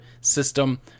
system